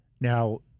Now